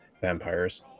vampires